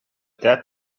dead